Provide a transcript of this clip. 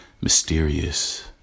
mysterious